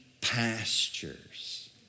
pastures